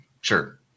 Sure